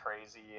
crazy